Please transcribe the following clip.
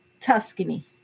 Tuscany